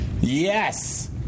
yes